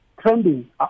trending